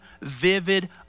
vivid